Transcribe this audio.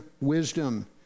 wisdom